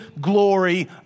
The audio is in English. glory